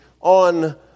on